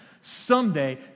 someday